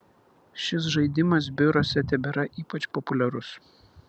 šis žaidimas biuruose tebėra ypač populiarus